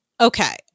Okay